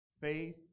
Faith